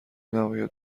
نباید